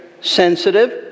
sensitive